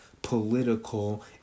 political